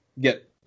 get